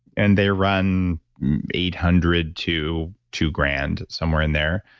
and they run eight hundred to two grand, somewhere in there,